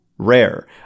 Rare